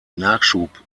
nachschub